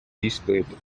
displayed